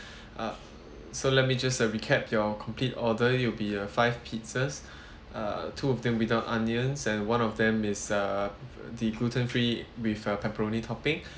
uh so let me just uh recap your complete order it'll be a five pizzas uh two of them without onions and one of them is uh the gluten free with uh pepperoni topping